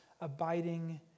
abiding